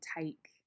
take